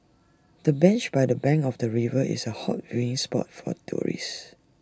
the bench by the bank of the river is A hot viewing spot for tourists